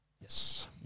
Yes